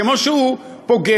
כמו שהוא פוגע,